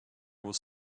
was